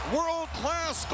World-class